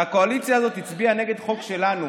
כשהקואליציה הזאת הצביעה נגד חוק שלנו